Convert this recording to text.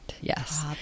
Yes